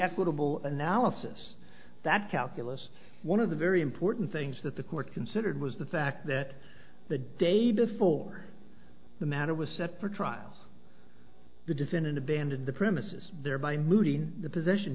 equitable analysis that calculus one of the very important things that the court considered was the fact that the day before the matter was set for trial the defendant abandoned the premises thereby moving the position